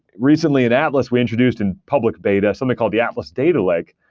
recently in atlas, we introduced in public beta, something called the atlas data lake,